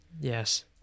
yes